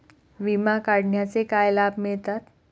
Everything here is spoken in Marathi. विमा काढण्याचे काय लाभ मिळतात?